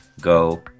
go